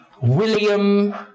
William